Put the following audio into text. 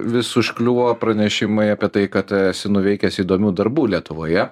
vis užkliuvo pranešimai apie tai kad esi nuveikęs įdomių darbų lietuvoje